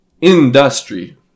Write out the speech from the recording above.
Industry